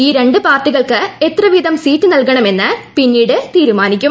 ഈ രണ്ട് പാർട്ടികൾക്ക് എത്ര വീതം സീറ്റ് നൽകണമെന്ന് പിന്നീട് തീരുമാനിക്കും